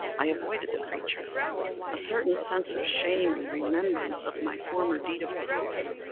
i avoided the creature a certain sense of shame, and the remembrance of my former deed of cruelty,